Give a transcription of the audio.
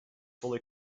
fully